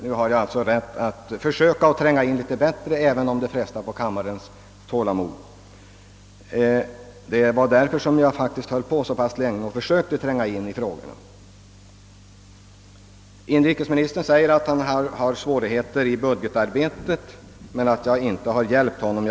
Nu har jag alltså rätt att försöka tränga in litet bättre i denna fråga även om det frestar på kammarledamöternas tålamod. Inrikesministern säger att han haft svårigheter i budgetarbetet och att jag inte hjälpt honom.